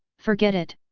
forget it,